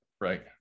right